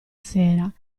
sera